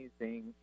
amazing